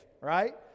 right